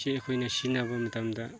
ꯁꯤ ꯑꯩꯈꯣꯏꯅ ꯁꯤꯖꯤꯟꯅꯕ ꯃꯇꯝꯗ